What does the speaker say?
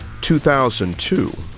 2002